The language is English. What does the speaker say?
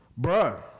Bruh